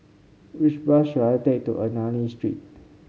which bus should I take to Ernani Street